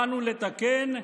באנו לתקן,